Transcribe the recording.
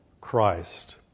Christ